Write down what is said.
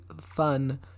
fun